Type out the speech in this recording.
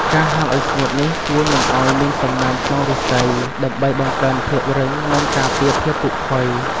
ការហាលអោយស្ងួតនេះជួយមិនអោយមានសំណើមក្នុងឫស្សី ដើម្បីបង្កើនភាពរឹង និងការពារភាពពុកផុយ។